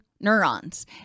neurons